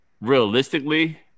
realistically